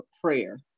prayer